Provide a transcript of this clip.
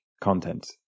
content